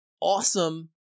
awesome